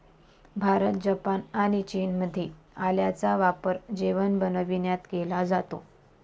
Bharat, Japan आणि चीनमध्ये आल्याचा वापर जेवण बनविण्यात केला जातो